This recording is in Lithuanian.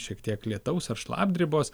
šiek tiek lietaus ar šlapdribos